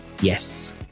yes